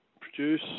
produce